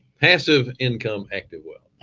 passive income, active wealth.